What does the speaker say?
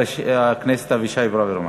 חבר הכנסת אבישי ברוורמן.